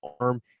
arm